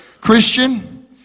Christian